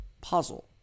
puzzle